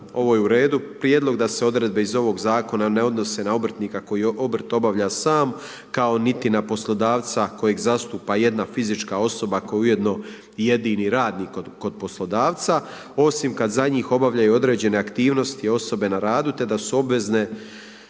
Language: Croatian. ovo je u redu. Prijedlog da se odredbe iz ovoga zakona ne odnose na obrtnika koji obrt obavlja sam, kao niti na poslodavca kojeg zastupa jedna fizička osoba koji je ujedno i jedini radnik kod poslodavca, osim kada za njih obavljaju određene aktivnosti osobe na radu te da su obvezne